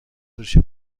فروشی